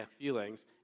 feelings